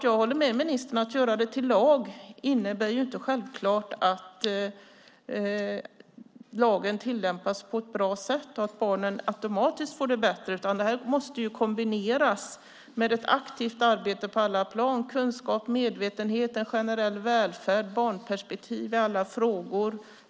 Jag håller med ministern om att gör man det till lag innebär det inte självklart att lagen tillämpas på ett bra sätt och att barnen automatiskt får det bättre. Det här måste ju kombineras med ett aktivt arbete på alla plan. Kunskap, medvetenhet, en generell välfärd och barnperspektiv i alla frågor behövs.